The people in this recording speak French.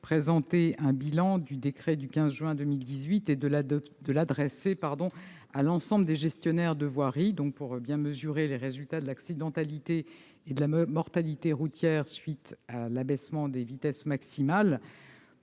présenter un bilan du décret du 15 juin 2018 et de l'adresser à l'ensemble des gestionnaires de voirie pour bien mesurer les résultats de l'accidentalité et de la mortalité routière à la suite de l'abaissement des vitesses maximales.